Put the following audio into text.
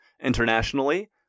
Internationally